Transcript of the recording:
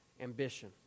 ambition